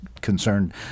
concerned